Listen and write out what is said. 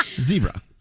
Zebra